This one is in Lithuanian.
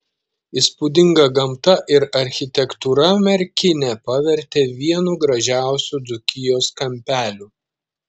įspūdinga gamta ir architektūra merkinę pavertė vienu gražiausių dzūkijos kampelių